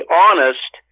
honest